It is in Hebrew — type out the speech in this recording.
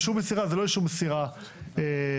אישור מסירה זה לא אישור מסירה למי